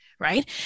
Right